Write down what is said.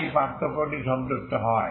তাই পার্থক্যটিও সন্তুষ্ট হয়